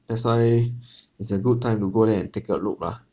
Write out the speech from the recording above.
that's why it's a good time to go there and take a look lah